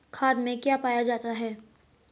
खाद में क्या पाया जाता है?